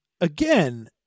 Again